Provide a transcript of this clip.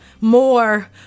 more